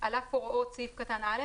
על אף הוראות סעיף קטן (א),